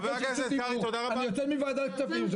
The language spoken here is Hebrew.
אני מבקש זכות דיבור, אני יוצא מוועדת כספים.